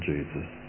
Jesus